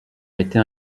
été